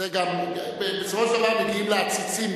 לא יתפסו מי גנב את העציץ.